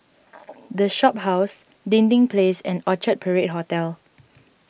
the Shophouse Dinding Place and Orchard Parade Hotel